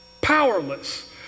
powerless